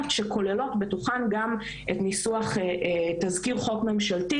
שכוללות בתוכן גם את ניסוח תזכיר חוק ממשלתי